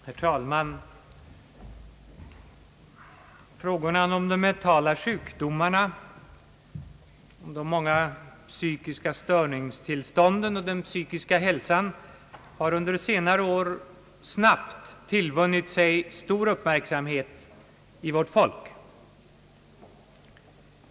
Herr talman! Frågorna om de mentala sjukdomarna och de många psykiska störningstillstånden samt den psykiska hälsan har under senare år snabbt tillvunnit sig stor uppmärksamhet hos vårt folk.